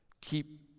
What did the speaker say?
Keep